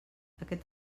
aquest